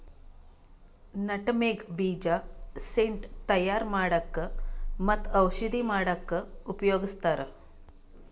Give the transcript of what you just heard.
nutmeg ಬೀಜ scent ತಯಾರ್ ಮಾಡಕ್ಕ್ ಮತ್ತ್ ಔಷಧಿ ಮಾಡಕ್ಕಾ ಉಪಯೋಗಸ್ತಾರ್